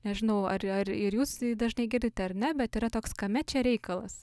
nežinau ar ar ir jūs jį dažnai girdite ar ne bet yra toks kame čia reikalas